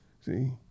see